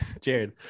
Jared